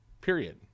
Period